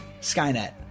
Skynet